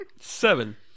Seven